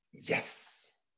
Yes